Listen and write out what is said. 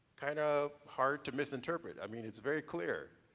kind of hard to misinterpret. i mean it's very clear.